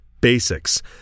basics